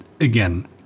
Again